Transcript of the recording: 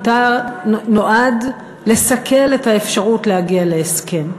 נועד לסכל את האפשרות להגיע להסכם,